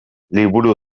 liburu